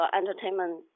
entertainment